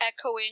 echoing